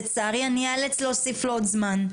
לצערי אני אאלץ להוסיף לו עוד זמן.